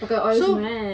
pakai oil semua kan